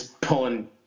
pulling